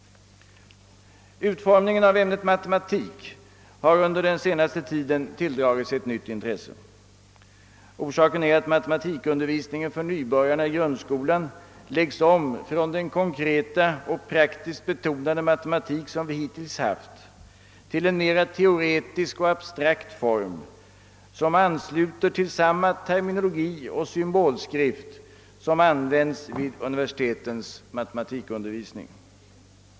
Utformningen av ämnet matematik har under den senaste tiden tilldragit sig nytt intresse. Orsaken härtill är att matematikundervisningen för nybörjarna i grundskolan läggs om från den konkreta och praktiskt betonade matematik vi hittills haft till en mera teoretisk och abstrakt form, som ansluter till samma terminologi och symbolskrift som används vid universitetens matematikundervisning.